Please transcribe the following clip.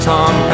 Tom